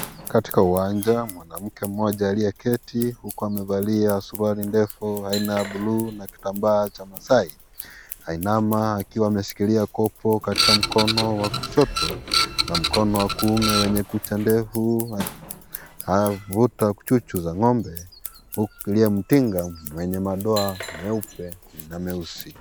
Katika uwanja mwanamke mmoja aliyeketi huku akivalia suruali ndefu aina ya blue na kitambaa cha maasai anainama akiwa ameshikilia kopo katika mkono wake wa kushoto na mkono wa kuume wenye kucha ndefu anavuta chuchu za ng'ombe mwenye madoa meupe na mweusi .